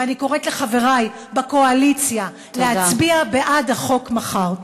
ואני קוראת לחברי בקואליציה להצביע בעד החוק מחר.